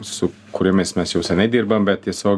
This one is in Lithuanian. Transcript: su kuriomis mes jau seniai dirbam bet tiesiog